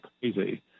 crazy